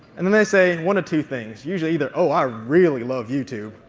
and then they say one of two things. usually either oh, i really love youtube.